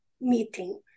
meeting